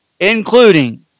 including